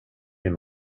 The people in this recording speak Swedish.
min